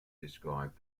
described